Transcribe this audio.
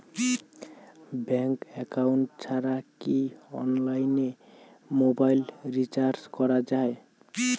Bank account ছাড়া কি অনলাইনে মোবাইল রিচার্জ করা যায়?